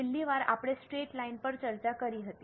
છેલ્લી વાર આપણે સ્ટ્રેટ લાઇન પર ચર્ચા કરી હતી